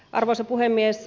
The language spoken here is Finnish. arvoisa puhemies